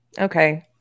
Okay